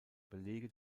belege